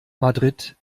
madrid